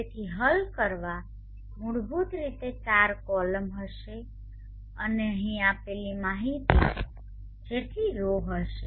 તેથી હલ કરવા મૂળભૂત રીતે ચાર કોલમ હશે અને અહીં આપેલી માહિતી જેટલી રો હશે